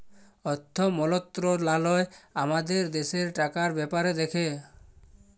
অথ্থ মলত্রলালয় আমাদের দ্যাশের টাকার ব্যাপার দ্যাখে